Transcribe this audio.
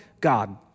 God